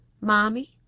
mommy